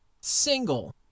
single